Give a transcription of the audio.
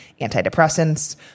antidepressants